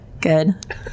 good